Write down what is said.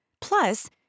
Plus